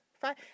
Five